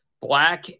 Black